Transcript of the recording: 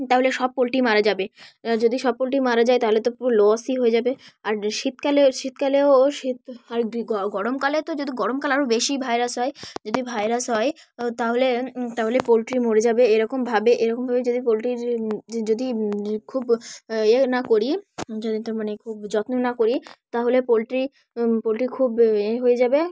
তাহলে সব পোলট্রি মারা যাবে যদি সব পোলট্রি মারা যায় তাহলে তো পুরো লসই হয়ে যাবে আর শীতকালে শীতকালেও শীত আর গরমকালে তো যদি গরমকাল আরও বেশি ভাইরাস হয় যদি ভাইরাস হয় তাহলে তাহলে পোলট্রি মরে যাবে এরকমভাবে এরকমভাবে যদি পোলট্রির যদি খুব ইয়ে না করি যি মানে খুব যত্ন না করি তাহলে পোলট্রি পোলট্রি খুব ই হয়ে যাবে